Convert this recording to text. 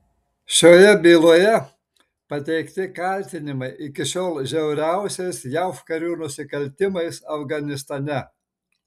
šioje byloje pateikti kaltinimai iki šiol žiauriausiais jav karių nusikaltimais afganistane